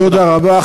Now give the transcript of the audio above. תודה רבה.